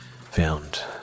found